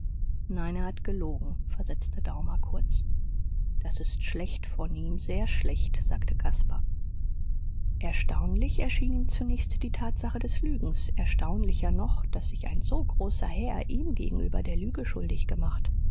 nein er hat gelogen versetzte daumer kurz das ist schlecht von ihm sehr schlecht sagte caspar erstaunlich schien ihm zunächst die tatsache des lügens erstaunlicher noch daß sich ein so großer herr ihm gegenüber der lüge schuldig gemacht